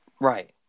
Right